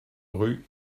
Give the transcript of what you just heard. rue